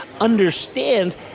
understand